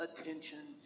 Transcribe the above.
attention